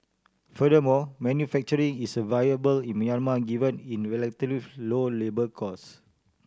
furthermore manufacturing is viable in Myanmar given in relatively low labour costs